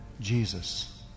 Jesus